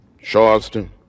Charleston